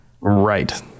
right